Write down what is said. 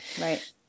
Right